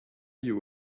you